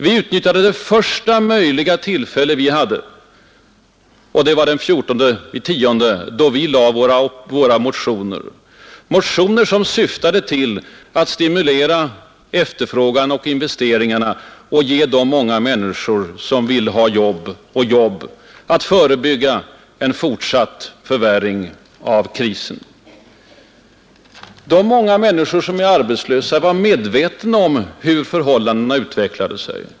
Vi utnyttjade det första möjliga tillfälle vi hade, och det var den 14 oktober, då vi väckte våra motioner — motioner som syftade till att stimulera efterfrågan och investeringarna, ge jobb åt de många människor som vill ha jobb och att förebygga en fortsatt förvärring av krisen. De många människor som är arbetslösa var medvetna om hur förhållandena utvecklade sig.